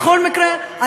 בכל מקרה,